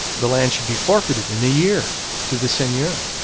the land should be forfeited in a year to the seigneur.